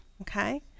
Okay